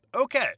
Okay